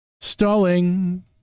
stalling